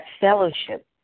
fellowship